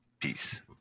Peace